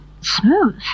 smooth